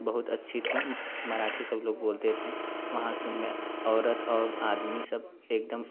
बहुत अच्छी थी मराठी सब लोग बोलते थे वहाँ के मैं औरत और आदमी सब एकदम